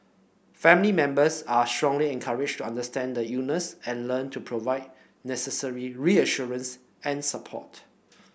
family members are strongly encouraged to understand the illness and learn to provide necessary reassurance and support